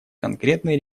конкретные